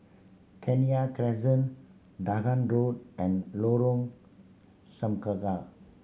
Kenya Crescent Dahan Road and Lorong Semangka